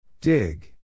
Dig